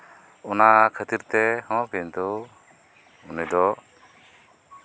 ᱚᱱᱟ ᱠᱷᱟᱹᱛᱤᱨ ᱛᱮᱦᱚᱸ ᱠᱤᱱᱛᱩ ᱩᱱᱤ ᱫᱚ